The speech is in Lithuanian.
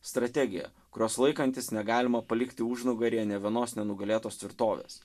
strategiją kurios laikantis negalima palikti užnugaryje nė vienos nenugalėtos tvirtovės